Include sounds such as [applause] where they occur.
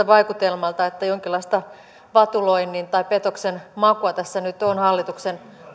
[unintelligible] vaikutelmalta että jonkinlaista vatuloinnin tai petoksen makua tässä nyt on hallituksen